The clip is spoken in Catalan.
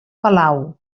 palau